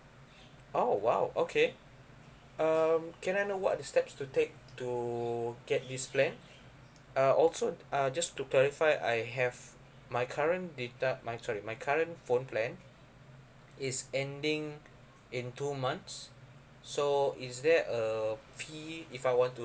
oh !wow! okay um can I know what are the steps to take to get this plan uh also uh just to clarify I have my current data my sorry my current phone plan is ending in two months so is there a fee if I want to